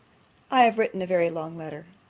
i have written a very long letter.